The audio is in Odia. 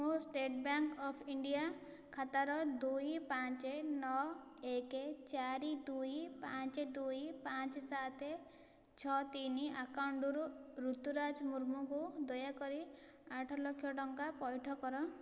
ମୋ ଷ୍ଟେଟ୍ ବ୍ୟାଙ୍କ୍ ଅଫ୍ ଇଣ୍ଡିଆ ଖାତାର ଦୁଇ ପାଞ୍ଚ ନଅ ଏକ ଚାରି ଦୁଇ ପାଞ୍ଚ ଦୁଇ ପାଞ୍ଚ ସାତ ଛଅ ତିନି ଆକାଉଣ୍ଟରୁ ରୁତୁରାଜ ମୁର୍ମୁଙ୍କୁ ଦୟାକରି ଆଠ ଲକ୍ଷ ଟଙ୍କା ପଇଠ କର